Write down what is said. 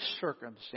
circumstance